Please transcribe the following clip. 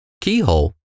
keyhole